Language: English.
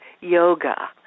yoga